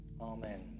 amen